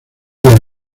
del